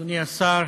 אדוני השר,